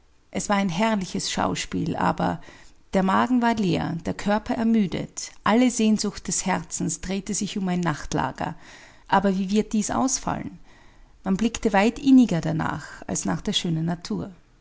es war ein herrliches schauspiel aber der magen war leer der körper ermüdet alle sehnsucht des herzens drehte sich um ein nachtlager aber wie wird dies ausfallen man blickte weit inniger danach als nach der schönen natur